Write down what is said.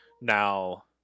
Now